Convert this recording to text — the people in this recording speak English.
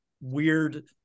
weird